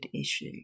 issue